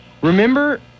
remember